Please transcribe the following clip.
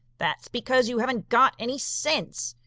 that's because you haven't got any sense.